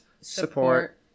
support